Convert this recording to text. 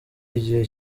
igihe